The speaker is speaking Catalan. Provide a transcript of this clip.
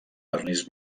vernís